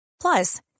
Plus